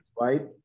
right